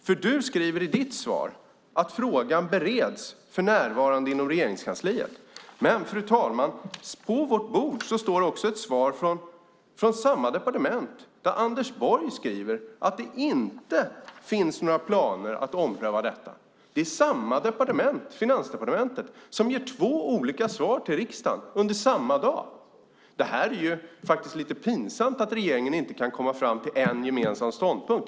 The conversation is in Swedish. Mats Odell skriver i sitt svar att frågan för närvarande bereds inom Regeringskansliet. Men, fru talman, på vårt bord finns också ett svar från samma departement där Anders Borg skriver att det inte finns några planer på att ompröva detta. Det är samma departement - Finansdepartementet - som ger två olika svar till riksdagen under samma dag. Det är lite pinsamt att regeringen inte kan komma fram till en gemensam ståndpunkt.